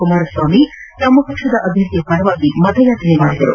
ಕುಮಾರಸ್ವಾಮಿ ತಮ್ಮ ಪಕ್ಷದ ಅಭ್ಯರ್ಥಿ ಪರ ಮತಯಾಚನೆ ಮಾಡಿದರು